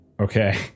Okay